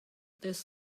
this